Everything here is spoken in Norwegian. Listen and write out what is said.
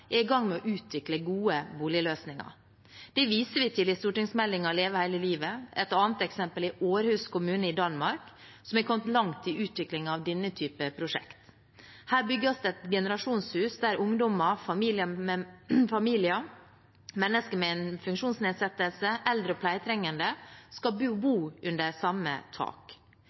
er i gang med å utvikle gode boligløsninger. Det viser vi til i stortingsmeldingen Leve hele livet. Et annet eksempel er Århus kommune i Danmark, som har kommet langt i utviklingen av denne type prosjekt. Her bygges det et generasjonshus der ungdommer, familier, mennesker med en funksjonsnedsettelse, eldre og pleietrengende skal bo under samme tak.